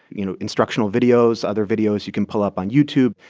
you know, instructional videos, other videos you can pull up on youtube,